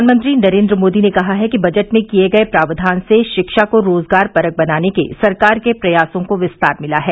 प्रधानमंत्री नरेन्द्र मोदी ने कहा है कि बजट में किये गये प्रावधान से शिक्षा को रोजगारपरक बनाने के सरकार के प्रयासों को विस्तार मिला है